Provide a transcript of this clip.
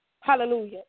Hallelujah